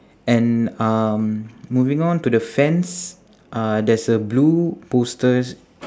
and um moving on to the fence uh there's a blue posters